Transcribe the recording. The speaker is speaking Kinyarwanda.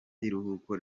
iruhuko